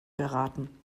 geraten